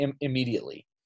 immediately